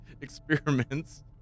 experiments